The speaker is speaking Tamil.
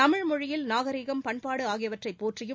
தமிழ் மொழியில் நாகரீகம் பண்பாடு ஆகியவற்றை போற்றியும்